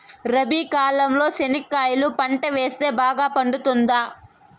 రబి కాలంలో చెనక్కాయలు పంట వేస్తే బాగా పండుతుందా?